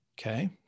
Okay